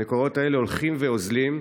המקורות האלה הולכים ואוזלים,